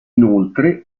inoltre